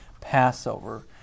Passover